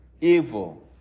evil